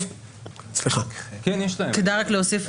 כדאי רק להוסיף,